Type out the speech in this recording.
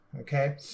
okay